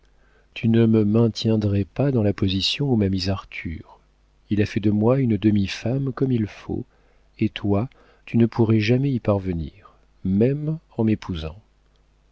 tu ne me maintiendrais pas dans la position où m'a mise arthur il a fait de moi une demi femme comme il faut et toi tu ne pourrais jamais y parvenir même en m'épousant